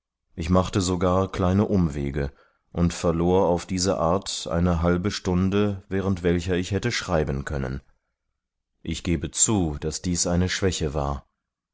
ich machte sogar kleine umwege und verlor auf diese art eine halbe stunde während welcher ich hätte schreiben können ich gebe zu daß dies eine schwäche war